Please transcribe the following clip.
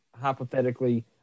hypothetically